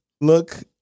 look